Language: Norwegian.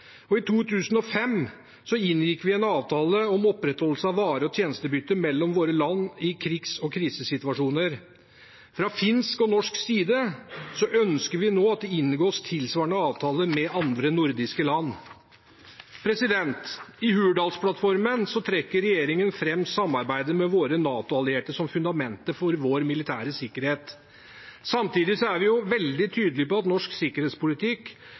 I 2005 inngikk vi en avtale om opprettholdelse av vare- og tjenestebytte mellom våre land i krigs- og krisesituasjoner. Fra finsk og norsk side ønsker vi nå at det inngås tilsvarende avtaler med andre nordiske land. I Hurdalsplattformen trekker regjeringen fram samarbeidet med våre NATO-allierte som fundamentet for vår militære sikkerhet. Samtidig er vi veldig tydelige på at norsk sikkerhetspolitikk